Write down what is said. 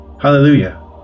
hallelujah